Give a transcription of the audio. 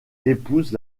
épouse